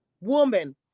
woman